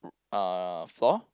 uh floor